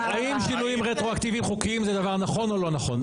האם שינויים רטרואקטיביים חוקיים זה דבר נכון או לא נכון?